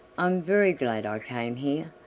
i'm very glad i came here.